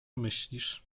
myślisz